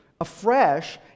afresh